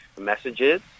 messages